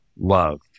love